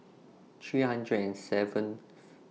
three hundred and seventh